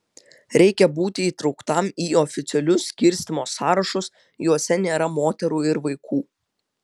reikia būti įtrauktam į oficialius skirstymo sąrašus juose nėra moterų ir vaikų